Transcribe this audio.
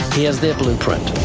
is their blueprint.